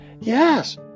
Yes